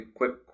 quick